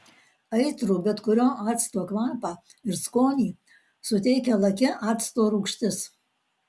aitrų bet kurio acto kvapą ir skonį suteikia laki acto rūgštis